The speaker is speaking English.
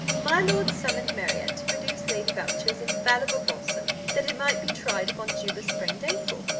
my lord summoned marriott to produce lady boucher's infallible balsam, that it might be tried upon juba's sprained ankle.